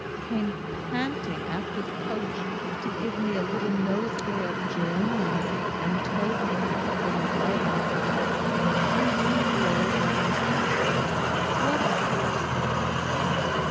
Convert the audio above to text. came panting after the coach to give me a little nosegay of geraniums and told me i had been the light of his eyes indeed the old man said so what a heart i had then!